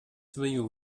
свою